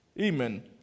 Amen